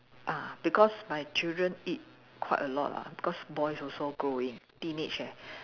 ah because my children eat quite a lot lah because boys also growing teenage eh